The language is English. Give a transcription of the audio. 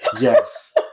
yes